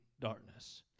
darkness